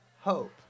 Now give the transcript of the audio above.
Hope